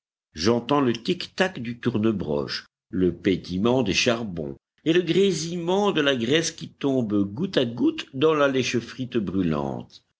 j'entends le tic-tac du tourne broche le pétillement des charbons et le grésillement de la graisse qui tombe goutte à goutte dans la lèchefrite brûlante